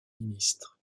ministres